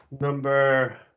number